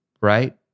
right